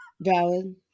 valid